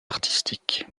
artistique